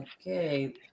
okay